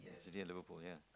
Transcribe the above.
City and Liverpool ya